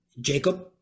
Jacob